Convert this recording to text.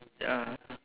ya